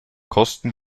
kosten